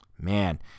Man